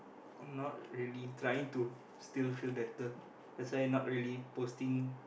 not really trying to still feel better that's why not really posting